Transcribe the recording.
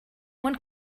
one